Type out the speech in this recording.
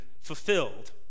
fulfilled